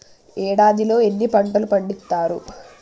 ఏడాదిలో ఎన్ని పంటలు పండిత్తరు?